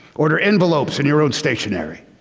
order envelopes and your own stationery.